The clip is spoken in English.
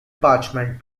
parchment